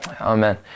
Amen